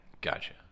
Gotcha